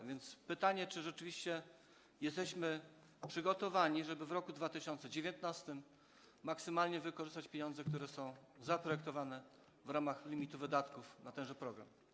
A więc jest pytanie, czy rzeczywiście jesteśmy przygotowani, żeby w roku 2019 maksymalnie wykorzystać pieniądze, które są zaprojektowane w ramach limitu wydatków na tenże program.